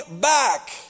back